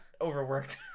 overworked